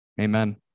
Amen